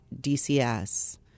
DCS